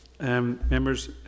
Members